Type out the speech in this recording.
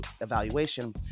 evaluation